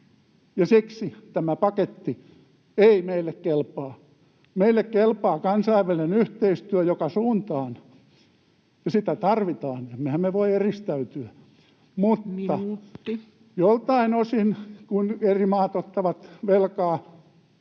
siksi tämä paketti ei meille kelpaa. Meille kelpaa kansainvälinen yhteistyö joka suuntaan — ja sitä tarvitaan, emmehän me voi eristäytyä — mutta [Puhemies: Minuutti!] joiltain osin, kun eri maat ottavat velkaa